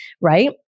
right